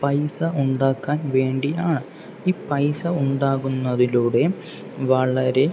പൈസ ഉണ്ടാക്കാൻ വേണ്ടി ആണ് ഈ പൈസ ഉണ്ടാകുന്നതിലൂടെ വളരെ